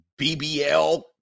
BBL